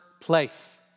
place